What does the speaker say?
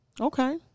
Okay